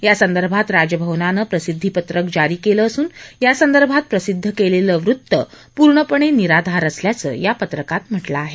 यासंदर्भात राजभवनानं प्रसिद्धिपत्र जारी केलं असून यासंदर्भात प्रसिद्ध झालेलं वृत्त पूर्णपणे निराधार असल्याचं या पत्रकात म्हटलं आहे